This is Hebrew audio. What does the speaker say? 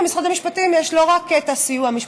במשרד המשפטים יש לא רק את הסיוע המשפטי,